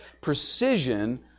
precision